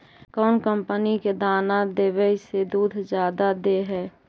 कौन कंपनी के दाना देबए से दुध जादा दे है?